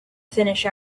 finish